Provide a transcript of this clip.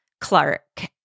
Clark